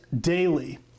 daily